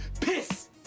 piss